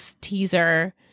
teaser